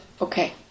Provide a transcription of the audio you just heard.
Okay